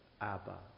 Abba